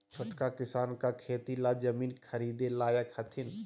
छोटका किसान का खेती ला जमीन ख़रीदे लायक हथीन?